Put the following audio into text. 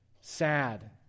sad